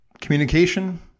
communication